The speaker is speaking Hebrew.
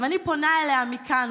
אני פונה אליה מכאן,